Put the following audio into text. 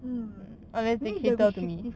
hmm maybe if they restrictive